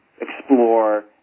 explore